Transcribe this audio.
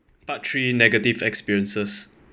part three negative experiences